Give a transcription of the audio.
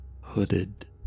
hooded